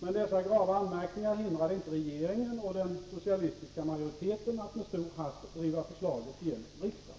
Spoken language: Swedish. Men dessa grava anmärkningar hindrade inte regeringen och den socialistiska majoriteten att med stor hast driva igenom förslaget i riksdagen.